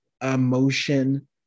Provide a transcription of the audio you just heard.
emotion